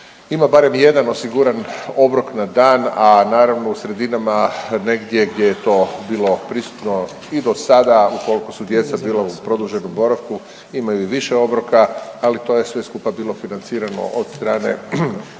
ima barem 1 osiguran obrok na dan, a naravno u sredinama gdje je to bilo prisutno i do sada, ukoliko su djeca bila u produženom boravku, imaju i više obroka, ali to je sve skupa bilo financirano od strane